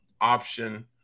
option